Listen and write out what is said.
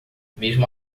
mesmo